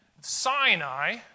Sinai